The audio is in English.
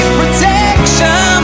protection